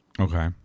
Okay